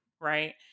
Right